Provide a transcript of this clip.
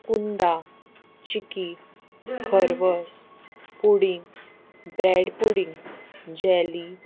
कुंदा चिकी खरवस पुडींग ब्रेड पुडींग जॅली